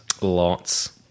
Lots